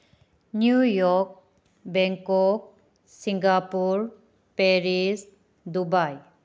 New York Bangkok Singapore Paris Dubai